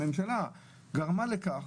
הממשלה גרמה לכך,